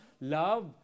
love